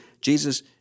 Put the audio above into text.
Jesus